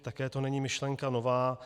Také to není myšlenka nová.